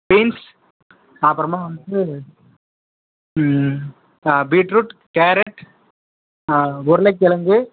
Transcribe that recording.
beans அப்புறமா வந்துவிட்டு beetroot carrot உருளைக்கிழங்கு